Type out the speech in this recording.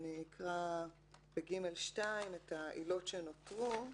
אני אקרא ב-(ג2) את העילות שנותרו: